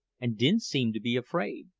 and didn't seem to be afraid,